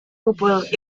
gwbl